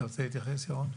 אתה רוצה להתייחס, ירון?